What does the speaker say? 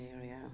area